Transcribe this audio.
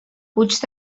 puig